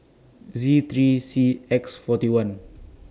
Z three C X forty one